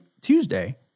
Tuesday